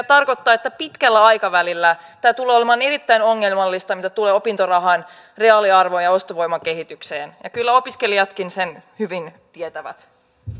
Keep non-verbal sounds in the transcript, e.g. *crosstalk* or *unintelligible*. *unintelligible* tarkoittaa että pitkällä aikavälillä tämä tulee olemaan erittäin ongelmallista mitä tulee opintorahan reaaliarvon ja ostovoiman kehitykseen kyllä opiskelijatkin sen hyvin tietävät